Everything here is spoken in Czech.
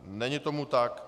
Není tomu tak.